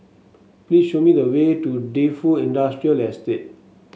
please show me the way to Defu Industrial Estate